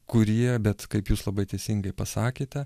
kurie bet kaip jūs labai teisingai pasakėte